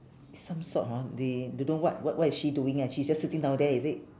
some sort hor they do~ don't what what is she doing eh she's just sitting down there is it